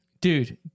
Dude